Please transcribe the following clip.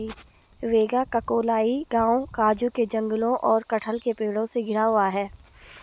वेगाक्कोलाई गांव काजू के जंगलों और कटहल के पेड़ों से घिरा हुआ है